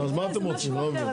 סליחה, זה משהו אחר.